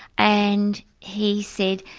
and he said,